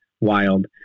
wild